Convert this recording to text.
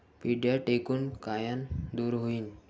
पिढ्या ढेकूण कायनं दूर होईन?